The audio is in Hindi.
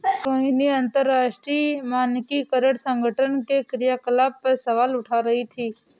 रोहिणी अंतरराष्ट्रीय मानकीकरण संगठन के क्रियाकलाप पर सवाल उठा रही थी